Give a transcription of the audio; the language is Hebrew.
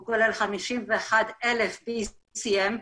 הוא כולל 51,000 PCM,